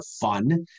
fun